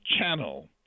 Channel